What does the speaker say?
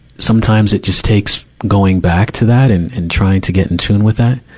sometimes it just takes going back to that and, and trying to get in tune with that.